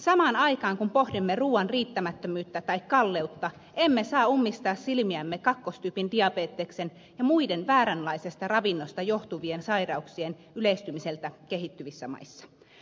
samaan aikaan kun pohdimme ruuan riittämättömyyttä tai kalleutta emme saa ummistaa silmiämme kakkostyypin diabeteksen ja muiden vääränlaisesta ravinnosta johtuvien sairauksien yleistymiseltä kehittyvissä maissa